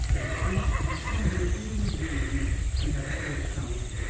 that he chanced to be somewhere in the ravine at that accursed hour.